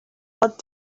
but